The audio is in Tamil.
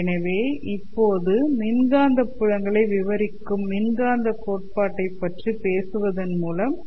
எனவே இப்போது மின்காந்த புலங்களை விவரிக்கும் மின்காந்தக் கோட்பாட்டைப் பற்றி பேசுவதன் மூலம் ஆரம்பிக்கலாம்